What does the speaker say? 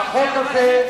ערב חג הפסח.